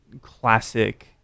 classic